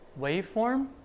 waveform